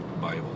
Bible